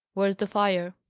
where's the fire?